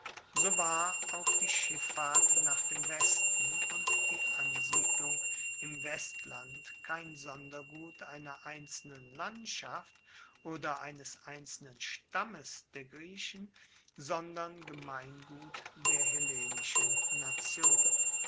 so war auch die schiffahrt nach dem westen und die ansiedelung im westland kein sondergut einer einzelnen landschaft oder eines einzelnen stammes der griechen sondern gemeingut der hellenischen nation